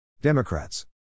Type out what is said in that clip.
Democrats